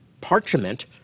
parchment